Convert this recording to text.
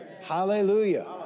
Hallelujah